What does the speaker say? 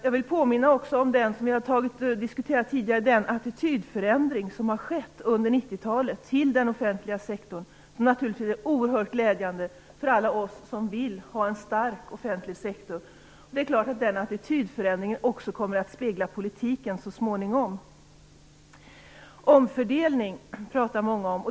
Jag vill också påminna om den attitydförändring - den har vi diskuterat tidigare - som har skett under 90-talet gentemot den offentliga sektorn. Den är naturligtvis oerhört glädjande för alla oss som vill ha en stark offentlig sektor. Det är klart att den attitydförändringen också så småningom kommer att speglas i politiken. Många pratar om omfördelning.